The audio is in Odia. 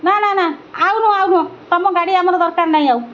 ନା ନା ନା ଆଉ ନୁହଁ ଆଉ ନୁହଁ ତୁମ ଗାଡ଼ି ଆମର ଦରକାର ନାହିଁ ଆଉ